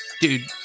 dude